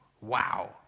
Wow